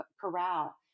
Corral